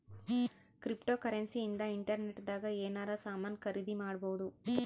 cryptocurrency ಇಂದ internet ದಾಗ ಎನಾರ ಸಾಮನ್ ಖರೀದಿ ಮಾಡ್ಬೊದು